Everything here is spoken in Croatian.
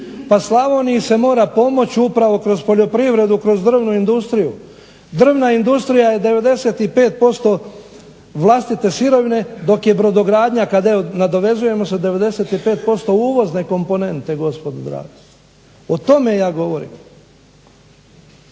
Pa Slavoniji se mora pomoći upravo kroz poljoprivredu, kroz drvnu industriju. Drvna industrija je 95% vlastite sirovine dok je brodogradnja kad evo nadovezujemo se 95% uvozne komponente gospodo draga. O tome ja govorim.